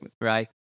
Right